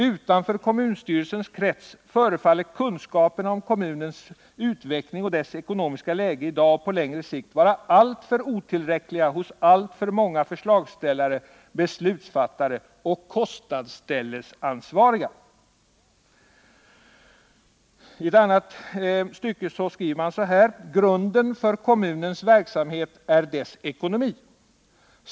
Utanför kommunstyrelsens krets förefaller kunskaperna om kommunens utveckling och dess ekonomiska läge i dag och på längre sikt vara alltför otillräckliga hos alltför många förslagsställare, beslutsfattare och kostnadsställeansvariga.” I ett annat stycke skriver man: ”Grunden för kommunens verksamhet är dess ekonomi.